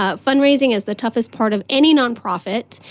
ah fundraising is the toughest part of any nonprofit.